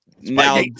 now